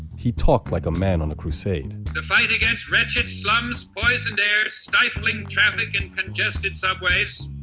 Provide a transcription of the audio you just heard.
he talked like a man on a crusade the fight against wretched slums, poisoned air, stifling traffic and congested subways.